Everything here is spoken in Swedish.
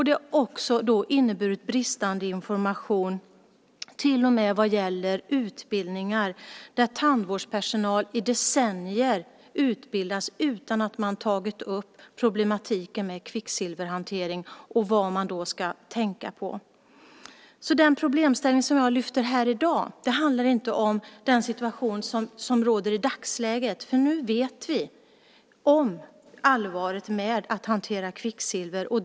Det har också inneburit bristande information till och med vad gäller utbildningar. Tandvårdspersonal har i decennier utbildats utan att problematiken med kvicksilverhantering tagits upp och vad man ska tänka på. Den problemställning som jag lyfter fram här i dag handlar inte om den situation som råder i dagsläget, för nu känner vi till allvaret med att hantera kvicksilver.